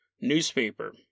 newspaper